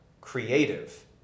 creative